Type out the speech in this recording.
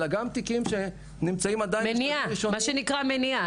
אלא גם תיקים -- מה שנקרא מניעה,